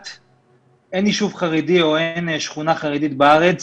אין יישוב חרדי או אין שכונה חרדית בארץ